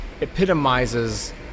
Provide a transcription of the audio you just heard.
epitomizes